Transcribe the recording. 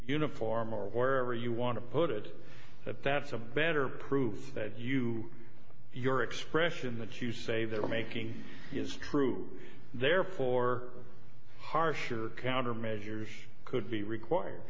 uniform or wherever you want to put it that's a better proof that you your expression that you say they're making is true therefore harsher countermeasures could be requir